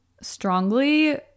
strongly